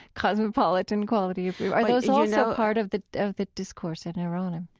cosmopolitan quality of are those also part of the of the discourse in iran?